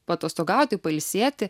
paatostogauti pailsėti